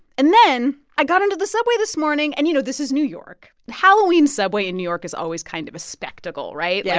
and then i got onto the subway this morning. and you know, this is new york. the halloween subway in new york is always kind of a spectacle, right? yeah